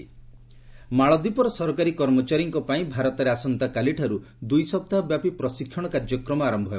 India ମାଲଦ୍ୱୀପସ୍ ମାଳଦ୍ୱୀପର ସରକାରୀ କର୍ମଚାରୀଙ୍କ ପାଇଁ ଭାରତରେ ଆସନ୍ତାକାଲିଠାର୍ ଦୂଇ ସପ୍ତାହ ବ୍ୟାପୀ ପ୍ରଶିକ୍ଷଣ କାର୍ଯ୍ୟକ୍ରମ ଆରମ୍ଭ ହେବ